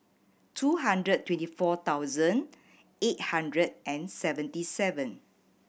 two hundred twenty four thousand eight hundred and seventy seven